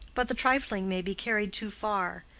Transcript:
but the trifling may be carried too far.